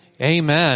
Amen